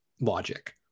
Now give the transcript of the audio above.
logic